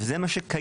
זה מה שקיים.